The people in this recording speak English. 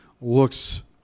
looks